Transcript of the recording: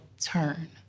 turn